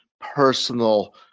personal